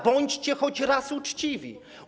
Bądźcie choć raz uczciwi!